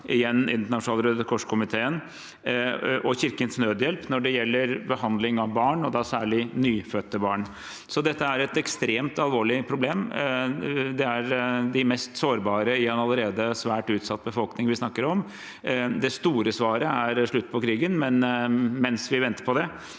og Kirkens Nødhjelp når det gjelder behandling av barn, og da særlig nyfødte barn. Dette er et ekstremt alvorlig problem. Det er de mest sårbare i en allerede svært utsatt befolkning vi snakker om. Det store svaret er en slutt på krigen, men mens vi venter på det,